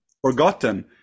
forgotten